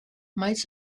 might